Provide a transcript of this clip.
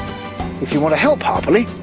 if you want to help harperley,